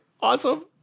Awesome